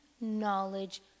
knowledge